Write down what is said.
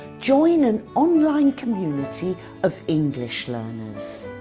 join an online community of english learners.